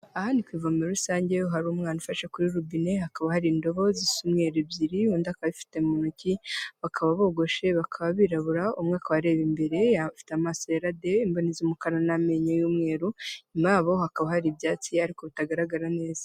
Ahandi ku kuva muri rusange iyo hari umwanawanda ufashe kuri rubine hakaba hari indobo zisumweru ebyirindi akababifite mu ntoki bakaba bogoshe bakababibura umwaka wareba imberefite amade imboneza umukara namenyeyu'mweru nyuma ya hakaba hari ibyatsi ariko bitagaragara neza.